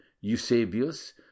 Eusebius